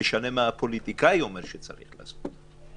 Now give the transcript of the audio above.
משנה מה הפוליטיקאי אומר שצריך לעשות.